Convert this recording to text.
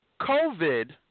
COVID